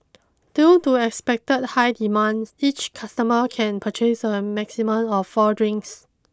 due to expected high demand each customer can purchase a maximum of four drinks